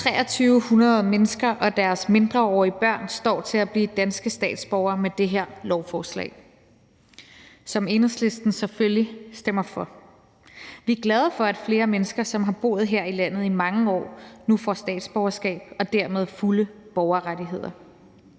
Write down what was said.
2.300 mennesker og deres mindreårige børn står til at blive danske statsborgere med det her lovforslag, som Enhedslisten selvfølgelig stemmer for. Vi er glade for, at flere mennesker, som har boet her i landet i mange år, nu får statsborgerskab og dermed fulde borgerrettigheder.